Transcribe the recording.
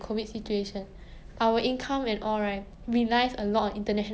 singapore confirm 会很 badly affected then